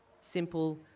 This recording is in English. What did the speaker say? simple